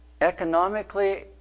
Economically